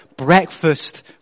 Breakfast